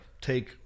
take